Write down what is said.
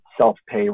self-pay